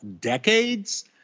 Decades